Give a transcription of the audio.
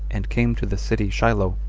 and came to the city shiloh,